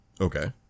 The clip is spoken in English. Okay